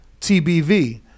tbv